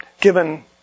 given